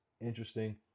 interesting